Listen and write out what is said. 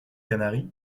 canaries